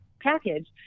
package